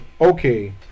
okay